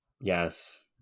Yes